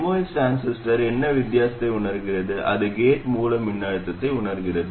MOS transistor என்ன வித்தியாசத்தை உணர்கிறது அது கேட் மூல மின்னழுத்தத்தை உணர்கிறது